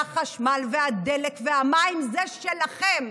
והחשמל והדלק והמים זה שלכם,